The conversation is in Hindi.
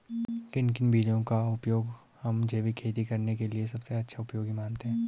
किन किन बीजों का उपयोग हम जैविक खेती करने के लिए सबसे उपयोगी मानते हैं?